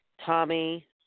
Tommy